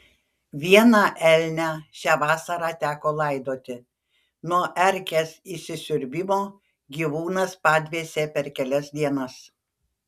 vieną elnią šią vasarą teko laidoti nuo erkės įsisiurbimo gyvūnas padvėsė per kelias dienas